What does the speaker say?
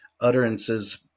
utterances